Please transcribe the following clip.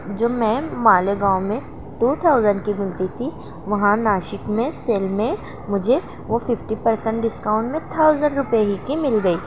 جو میں مالیگاؤں میں ٹو تھاؤزنڈ کی ملتی تھی وہاں ناسک میں سیل میں مجھے وہ ففٹی پرسینٹ ڈسکاؤنٹ میں تھاؤزنڈ روپئے کی ہی مل گئی